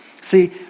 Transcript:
See